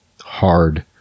hard